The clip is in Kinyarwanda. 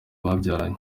babyaranye